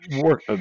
work